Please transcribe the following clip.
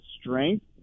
strength